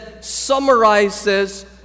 summarizes